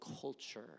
culture